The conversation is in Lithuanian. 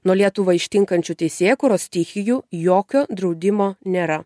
nuo lietuvą ištinkančių teisėkūros stichijų jokio draudimo nėra